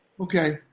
Okay